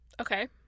Okay